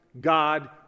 God